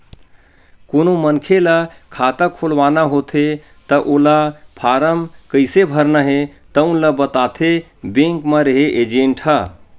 कोनो मनखे ल खाता खोलवाना होथे त ओला फारम कइसे भरना हे तउन ल बताथे बेंक म रेहे एजेंट ह